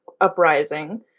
uprising